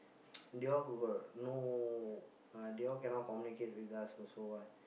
they all got no ah they all cannot communicate with us also what